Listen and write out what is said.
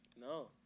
No